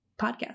podcast